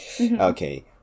okay